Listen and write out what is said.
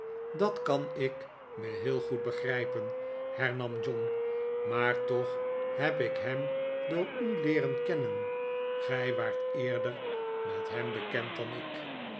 dat kan ik me heel goed begrijpen hernam john maar toch heb ik hem door u leereri kennen gij waart eerder met hem bekend dan ik